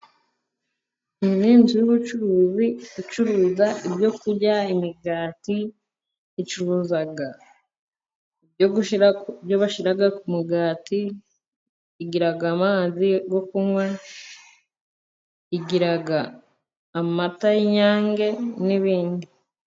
Iyi ni inzu y'ubucuruzi, icuruza ibyo kurya, imigati, icuruza ibyo bashyira ku mugati, igira amazi yo kunywa, igira amata y'Inyange n'ibindi.